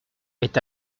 est